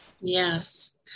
Yes